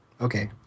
Okay